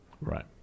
Right